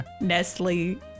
Nestle